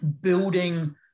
building